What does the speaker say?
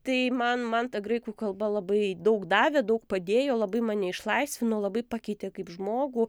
tai man man ta graikų kalba labai daug davė daug padėjo labai mane išlaisvino labai pakeitė kaip žmogų